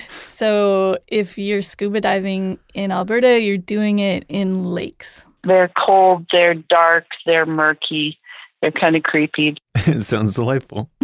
so if you're scuba diving in alberta, you're doing it in lakes they're cold, they're dark, they're murky, they're kind of creepy it sounds delightful